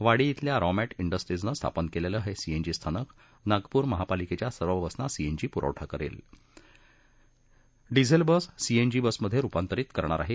वाडी बेल्या रॉमॅट डेस्ट्रीजनं स्थापन केलेलं हे सीएजी स्थानक नागपूर महापालिकेच्या सर्व बसना सीएनजी पूरवठा करेल तसंच डिझेल बस सीएनजी बसमधे रुपांतरित करणार आहे